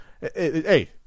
hey